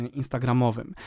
instagramowym